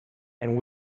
and